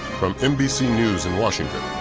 from nbc news in washington,